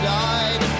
died